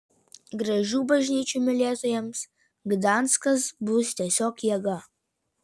gražių bažnyčių mylėtojams gdanskas bus tiesiog jėga